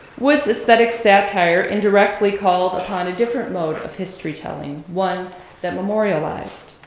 wood's aesthetic satire indirectly called upon a different mode of history telling, one that memorialized.